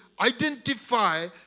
identify